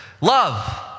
love